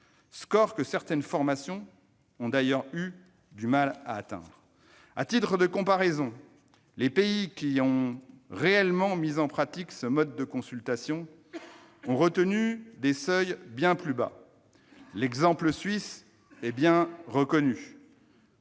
score que certaines formations ont d'ailleurs eu du mal à atteindre. À titre de comparaison, les pays qui ont réellement mis en pratique ce mode de consultation ont retenu des seuils bien plus bas. L'exemple suisse est bien connu